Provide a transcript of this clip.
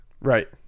Right